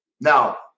Now